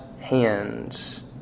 hands